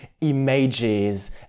images